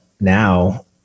now